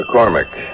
McCormick